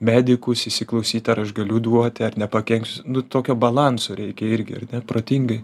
medikus įsiklausyt ar aš galiu duoti ar nepakenks nu tokio balanso reikia irgi ar ne protingai